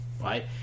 right